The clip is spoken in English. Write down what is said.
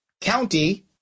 county